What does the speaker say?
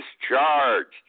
discharged